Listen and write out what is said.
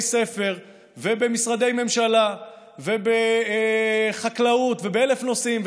ספר ובמשרדי ממשלה ובחקלאות ובאלף נושאים,